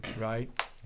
right